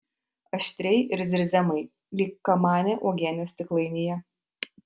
aštriai ir zirziamai lyg kamanė uogienės stiklainyje